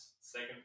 Second